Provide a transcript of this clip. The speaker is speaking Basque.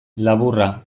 laburra